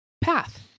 path